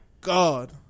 god